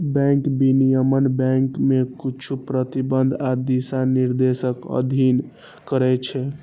bank विनियमन bank कें किछु प्रतिबंध आ दिशानिर्देशक अधीन करै छै